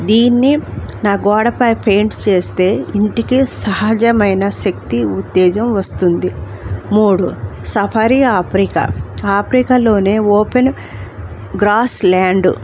దీన్ని నా గోడపై పెయింట్ చేస్తే ఇంటికి సహజమైన శక్తి ఉత్తేజం వస్తుంది మూడు సఫారీ ఆప్రికా ఆప్రికాలోనే ఓపెన్ గ్రాస్ ల్యాండ్